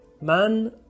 man